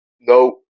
no